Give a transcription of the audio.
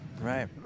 right